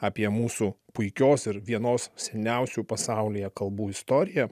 apie mūsų puikios ir vienos seniausių pasaulyje kalbų istoriją